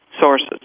sources